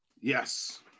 yes